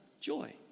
Joy